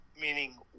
meaning